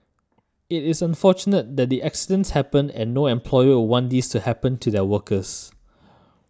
it is unfortunate that the accidents happened and no employer would want these to happen to their workers